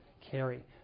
carry